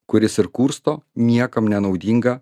kuris ir kursto niekam nenaudingą